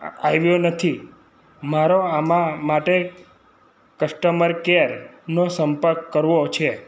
આવ્યો નથી મારો આમાં માટે કસ્ટમર કેરનો સંપર્ક કરવો છે